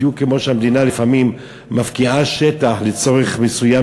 בדיוק כמו שהמדינה לפעמים מפקיעה שטח לצורך מסוים,